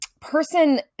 person